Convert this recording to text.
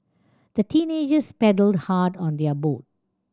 the teenagers paddled hard on their boat